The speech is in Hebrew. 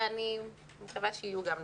ואני מקווה שיהיו גם נוספים.